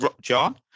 John